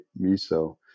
miso